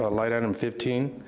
line item fifteen.